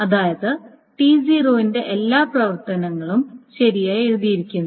അതായത് T0 ന്റെ എല്ലാ പ്രവർത്തനങ്ങളും ശരിയായി എഴുതിയിരിക്കുന്നു